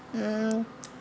mm